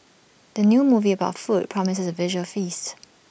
the new movie about food promises A visual feast